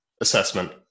assessment